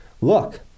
Look